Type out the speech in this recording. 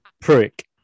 prick